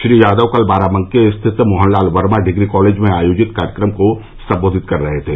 श्री यादव कल बाराबंकी स्थित Mohanlal Verma degree college में आयोजित कार्यक्रम को संबोधित कर रहे थे